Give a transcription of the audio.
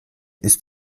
ist